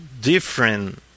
different